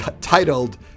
titled